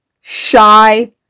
shy